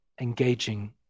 engaging